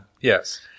yes